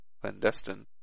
Clandestine